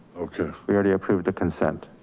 okay. we already approved the consent.